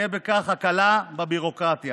ותהיה בכך הקלה בביורוקרטיה.